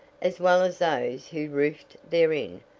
as well as those who roofed therein,